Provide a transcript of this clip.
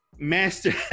Master